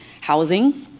housing